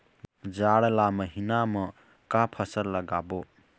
जाड़ ला महीना म का फसल लगाबो?